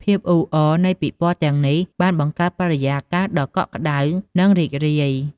ភាពអ៊ូអរនៃពិព័រណ៍ទាំងនេះបានបង្កើតបរិយាកាសដ៏កក់ក្ដៅ និងរីករាយ។